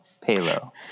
Palo